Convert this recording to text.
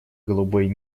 голубой